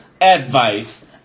advice